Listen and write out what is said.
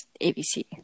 ABC